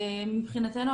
מבחינתנו,